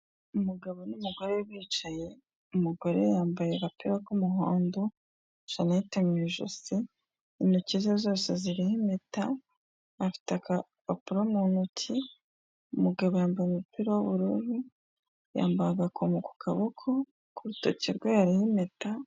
Umugabo n'umugore bicaye, umugore yambaye agapira k'umuhondo shanete mu ijosi. Intoki ze zose ziri impeta, afite akapapuro mu ntoki, umugabo yambaye umupira w'ubururu, yamba agakomo ku kaboko, ku rutoki rwe hariho impeta.